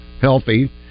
healthy